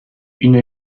une